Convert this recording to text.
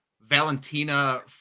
Valentina